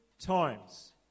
times